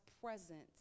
presence